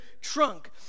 trunk